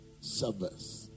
service